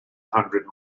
hundred